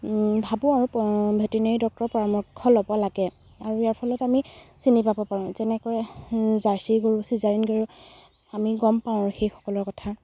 ভাবোঁ আৰু ভেটেনেৰি ডক্টৰৰ পৰামৰ্শ ল'ব লাগে আৰু ইয়াৰ ফলত আমি চিনি পাব পাৰোঁ যেনেকৰে জাৰ্চী গৰু চিজাৰিন গৰু আমি গম পাওঁ আৰু সেই সকলৰ কথা